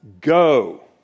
go